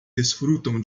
desfrutam